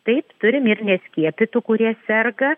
taip turime ir neskiepytų kurie serga